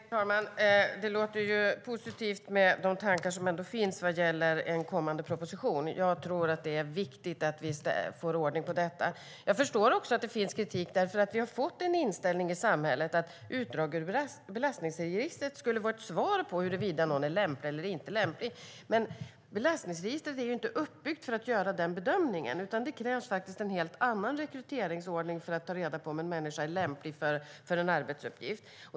Herr talman! Det låter ju positivt med de tankar som ändå finns vad gäller en kommande proposition. Jag tror att det är viktigt att vi får ordning på detta. Jag förstår också att det finns kritik, för vi har fått en inställning i samhället där utdrag ur belastningsregistret ses som ett svar på huruvida någon är lämplig eller inte. Men belastningsregistret är inte uppbyggt för att göra den bedömningen, utan det krävs faktiskt en helt annan rekryteringsordning för att ta reda på om en människa är lämplig för en arbetsuppgift.